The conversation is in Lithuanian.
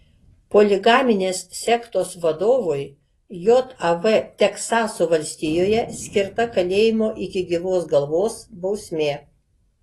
poligaminės sektos vadovui jav teksaso valstijoje skirta kalėjimo iki gyvos galvos bausmė